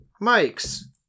Mike's